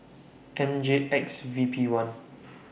M J X V P one